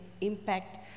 impact